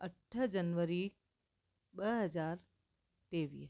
अठ जनवरी ॿ हज़ार टेवीह